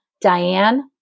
Diane